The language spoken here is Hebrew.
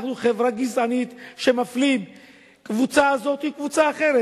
אנחנו חברה גזענית שמפלה קבוצה זו מקבוצה אחרת.